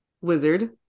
wizard